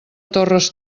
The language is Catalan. torres